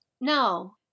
No